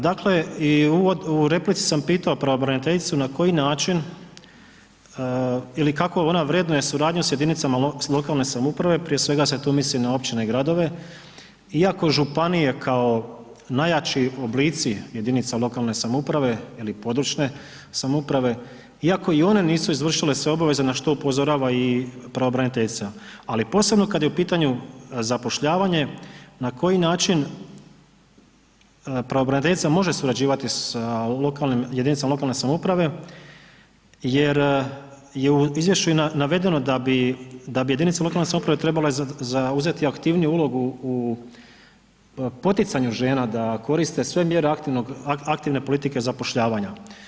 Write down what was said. Dakle, i uvod, u replici sam pitao pravobraniteljicu na koji način ili kako ona vrednuje suradnju s jedinicama lokalne samouprave prije svega se tu misli na općine i gradove iako županije kao najjači oblici jedinica lokalne samouprave ili područne samouprave, iako i one nisu izvršile sve obaveze na što upozorava i pravobraniteljica, ali posebno kad je u pitanju zapošljavanje na koji način pravobraniteljica može surađivati sa lokalnim, jedinicama lokalne samouprave jer je u izvješću i navedeno da bi, da bi jedinice lokalne samouprave trebale zauzeti aktivniju ulogu u poticanju žena da koriste sve mjere aktivne politike zapošljavanja.